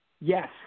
yes